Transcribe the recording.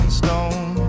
stone